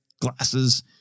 glasses